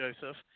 Joseph